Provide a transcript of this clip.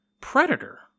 predator